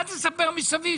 אל תספר מסביב.